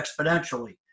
exponentially